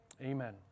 Amen